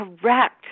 correct